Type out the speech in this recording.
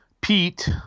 Pete